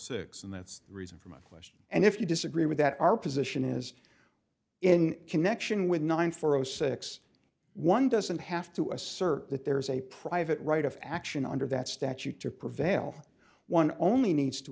that's the reason for my question and if you disagree with that our position is in connection with nine four zero six one doesn't have to assert that there is a private right of action under that statute to prevail one only needs to